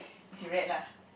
you read lah